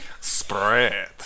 Spread